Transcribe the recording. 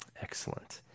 Excellent